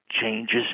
changes